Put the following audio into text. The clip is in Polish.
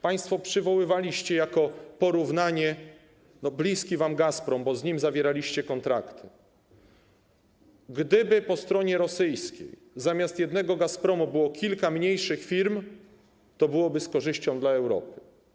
Państwo przywoływaliście jako porównanie bliski wam Gazprom, bo z nim zawieraliście kontrakty - gdyby po stronie rosyjskiej zamiast jednego Gazpromu było kilka mniejszych firm, byłoby to z korzyścią dla Europy.